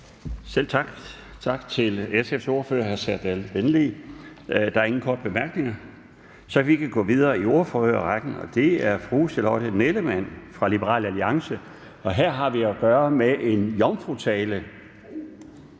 Laustsen): Tak til SF's ordfører, hr. Serdal Benli. Der er ingen korte bemærkninger, så vi kan gå videre i ordførerrækken, og det er Charlotte Nellemann fra Liberal Alliance. Her har vi at gøre med en jomfrutale,